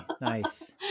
nice